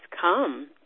come